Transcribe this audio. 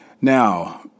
Now